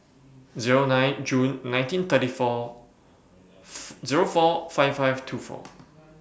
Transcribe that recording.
Zero nine June nineteen thirty four Zero four five five two four